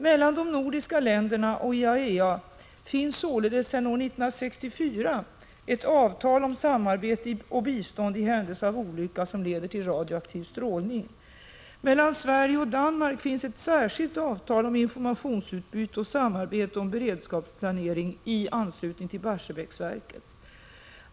Mellan de nordiska länderna och IAEA finns således sedan år 1964 ett avtal om samarbete och bistånd i händelse av olycka som leder till radioaktiv strålning. Mellan Sverige och Danmark finns ett särskilt avtal om informationsutbyte och samarbete om beredskapsplanering i anslutning till Barsebäcksverket.